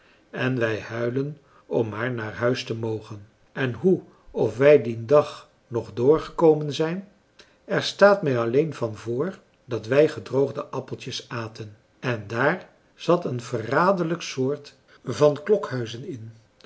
en wij huilen om maar naar huis te mogen en hoe of wij dien dag nog doorgekomen zijn er staat mij alleen van voor dat wij gedroogde appeltjes aten en daar zat een verraderlijk soort van klokhuizen in